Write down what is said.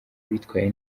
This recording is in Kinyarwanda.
bitwaye